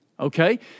Okay